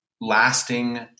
lasting